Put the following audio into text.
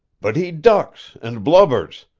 but he ducks an' blubbers.